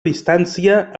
distància